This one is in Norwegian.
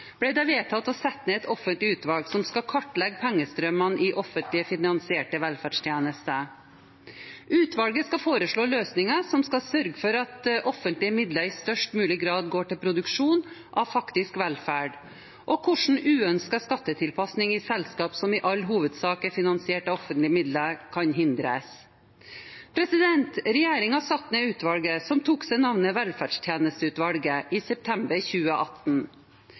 ble det vedtatt å sette ned et offentlig utvalg som skal kartlegge pengestrømmene i offentlig finansierte velferdstjenester. Utvalget skal foreslå løsninger som kan sørge for at offentlige midler i størst mulig grad går til produksjon av faktisk velferd, og hvordan uønsket skattetilpassing i selskap som i all hovedsak er finansiert av offentlige midler, kan hindres. Regjeringen satte ned utvalget som tok seg navnet velferdstjenesteutvalget, i september 2018.